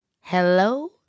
Hello